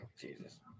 Jesus